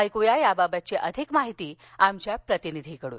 ऐक्या या बाबत अधिक माहिती आमच्या प्रतिनिधीकडून